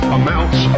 amounts